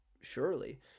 surely